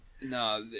No